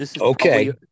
Okay